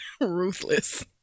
ruthless